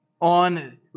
on